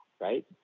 right